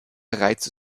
reize